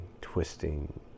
twisting